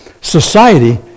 Society